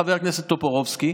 חבר הכנסת טופורובסקי,